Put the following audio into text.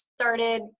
started